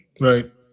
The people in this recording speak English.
right